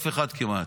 אף אחד כמעט,